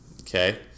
Okay